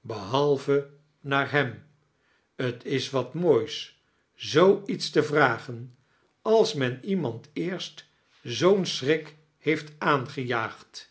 behalve naar heim t is wat moois z oo iete te vragen als men iemand eerst zoo'n schrik heeft aangejaagd